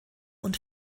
und